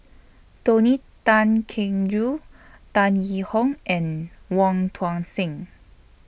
Tony Tan Keng Joo Tan Yee Hong and Wong Tuang Seng